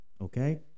okay